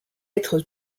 être